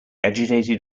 agitated